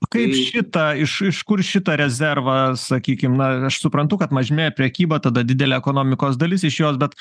kaip šitą iš iš kur šitą rezervą sakykim na aš suprantu kad mažmė prekyba tada didelė ekonomikos dalis iš jos bet